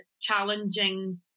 challenging